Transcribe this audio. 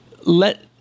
let